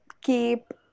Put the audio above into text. Keep